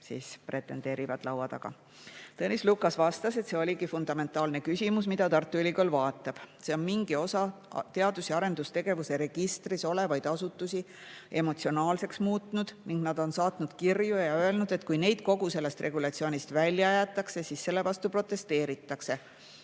pretendeerivad? Tõnis Lukas vastas, et see ongi fundamentaalne küsimus, mida Tartu Ülikool vaatab. See on mingi osa teadus- ja arendustegevuse registris olevaid asutusi emotsionaalseks muutnud ning nad on saatnud kirju ja öelnud, et kui neid kogu sellest regulatsioonist välja jäetakse, siis selle vastu protesteeritakse,